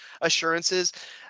assurances